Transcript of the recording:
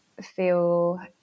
feel